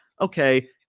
okay